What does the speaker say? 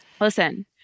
Listen